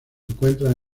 encuentra